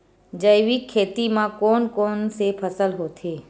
जैविक खेती म कोन कोन से फसल होथे?